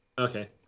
Okay